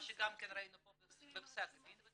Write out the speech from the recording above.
מה שגם ראינו פה בפסק הדין.